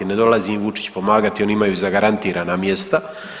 Ne dolazi im Vučić pomagati oni imaju zagarantirana mjesta.